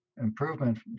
improvement